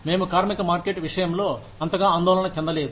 మేము కార్మిక మార్కెట్ విషయంలో అంతగా ఆందోళన చెందలేదు